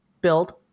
Build